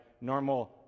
normal